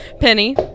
penny